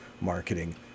marketing